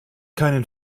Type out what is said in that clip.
keinen